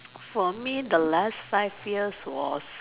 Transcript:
for me the last five years was